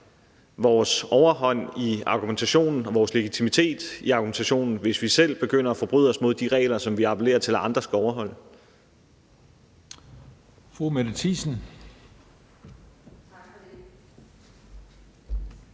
vores overhånd i argumentationen og vores legitimitet i argumentationen, hvis vi selv begynder at forbryde os mod de regler, som vi appellerer til at andre skal overholde.